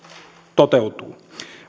toteutuu